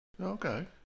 Okay